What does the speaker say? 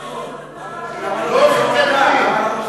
זה הכול.